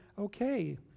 okay